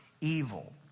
evil